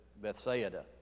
Bethsaida